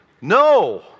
No